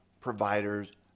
providers